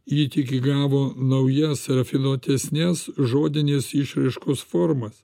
ji tik įgavo naujas rafinuotesnės žodinės išraiškos formas